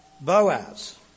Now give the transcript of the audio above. Boaz